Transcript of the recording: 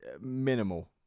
minimal